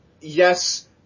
yes